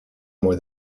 more